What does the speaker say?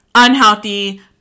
unhealthy